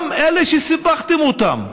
גם אלה שסיפחתם אותם,